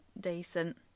decent